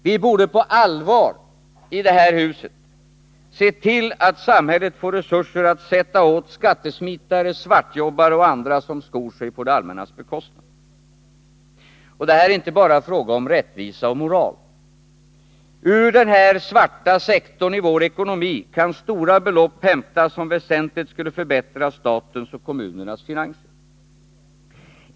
Vii det här huset borde på allvar se till att samhället får resurser för att sätta åt skattesmitare, svartjobbare och andra som skor sig på det allmännas bekostnad. Det är inte bara fråga om rättvisa och moral. Ur den här svarta sektorn i vår ekonomi kan stora belopp hämtas, som väsentligt skulle förbättra statens och kommunernas finanser.